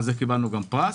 על זה קיבלנו גם פרס,